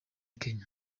kenya